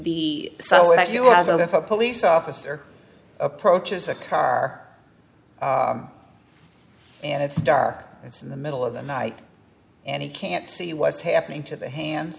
as a police officer approaches a car and it's dark it's in the middle of the night and he can't see what's happening to the hands